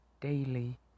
daily